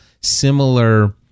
similar